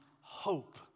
hope